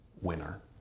winner